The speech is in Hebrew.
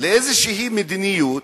לאיזו מדיניות,